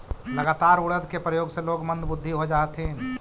लगातार उड़द के प्रयोग से लोग मंदबुद्धि हो जा हथिन